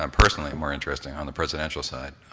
um personally more interesting on the presidential side,